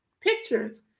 pictures